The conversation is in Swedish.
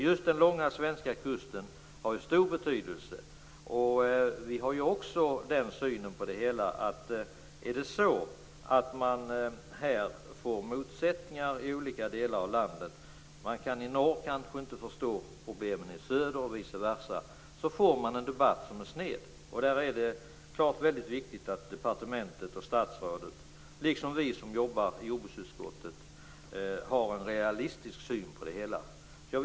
Just den långa svenska kusten har stor betydelse. Om det blir motsättningar mellan olika delar av landet - i norr kanske man inte förstår problemen i söder och vice versa - får man en debatt som är sned. Därför är det viktigt att man i departementet liksom vi som jobbar i jordbruksutskottet har en realistisk syn på det hela.